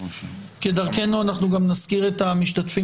כדרכנו אנחנו גם נזכיר את המשתתפים